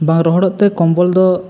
ᱵᱟᱝ ᱨᱚᱦᱚᱲᱚᱜ ᱛᱮ ᱠᱚᱢᱵᱚᱞ ᱫᱚ